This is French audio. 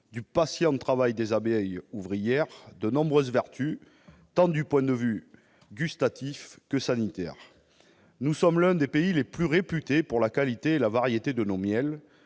du patient travail des abeilles ouvrières de nombreuses vertus, du point de vue tant gustatif que sanitaire. Nous sommes l'un des pays les plus réputés pour la qualité et la variété de ses miels,